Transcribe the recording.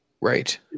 Right